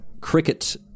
cricket